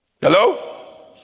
Hello